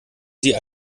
sie